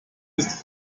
ist